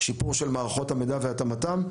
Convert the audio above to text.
שיפור של מערכות המידע והתאמתם.